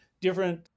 different